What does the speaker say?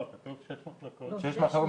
לא, כתוב שש מחלקות למבוגרים.